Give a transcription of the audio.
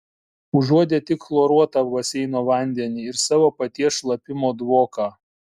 užuodė tik chloruotą baseino vandenį ir savo paties šlapimo dvoką